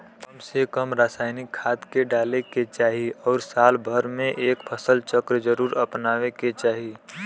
कम से कम रासायनिक खाद के डाले के चाही आउर साल भर में एक फसल चक्र जरुर अपनावे के चाही